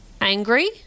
angry